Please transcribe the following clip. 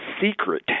secret